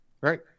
right